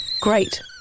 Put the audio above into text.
Great